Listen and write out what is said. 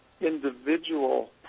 individual